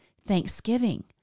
Thanksgiving